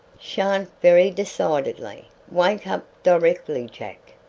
shan't! very decidedly. wake up directly, jack!